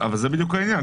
זה בדיוק העניין.